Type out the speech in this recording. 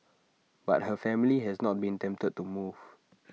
but her family has not been tempted to move